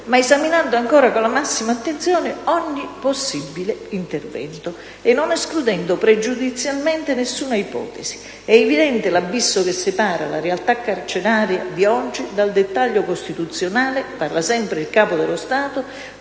ma esaminando ancora con la massima attenzione ogni altro possibile intervento e non escludendo pregiudizialmente nessuna ipotesi. È evidente l'abisso che separa la realtà carceraria di oggi dal dettato costituzionale sulla funzione